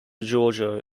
giorgio